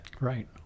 Right